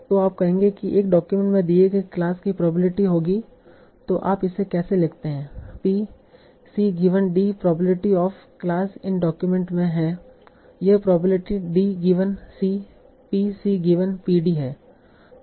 तो आप कहेंगे कि एक डॉक्यूमेंट में दिए गए क्लास की प्रोबेबिलिटी होगी तो आप इसे कैसे लिखते हैं P c given d probability of class in document में है यह probability d given c P c given P d है